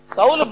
Saul